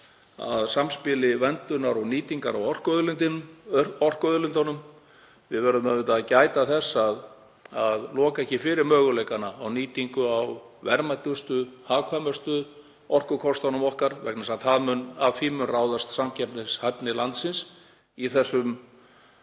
að samspili verndunar og nýtingar á orkuauðlindunum. Við verðum að gæta þess að loka ekki fyrir möguleikana á nýtingu á verðmætustu og hagkvæmustu orkukostunum okkar vegna þess að af því mun ráðast samkeppnishæfni landsins á þeim